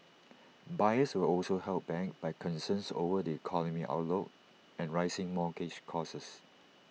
buyers were also held back by concerns over the economic outlook and rising mortgage costs